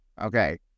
Okay